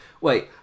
wait